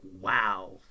Wow